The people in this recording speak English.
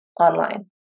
online